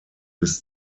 bis